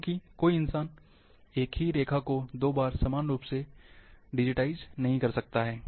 क्योंकि कोई इंसान एक ही रेखा को दो बार समान रूप से डिजिटाइज़ नहीं कर सकता है